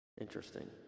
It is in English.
Interesting